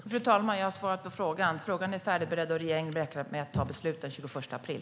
Fru talman! Jag har svarat på frågan. Frågan är färdigberedd, och regeringen räknar med att fatta beslut den 21 april.